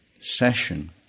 session